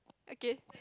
okay